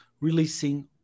releasing